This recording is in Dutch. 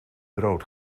brood